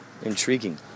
Intriguing